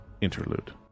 interlude